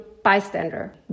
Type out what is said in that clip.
Bystander